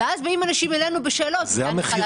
ואז באים אנשים אלינו בשאלות --- אבל זה המחיר